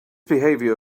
behavior